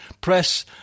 press